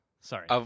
Sorry